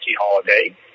holiday